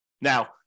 Now